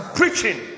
preaching